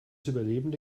überlebende